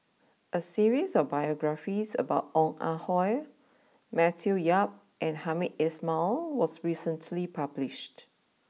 a series of biographies about Ong Ah Hoi Matthew Yap and Hamed Ismail was recently published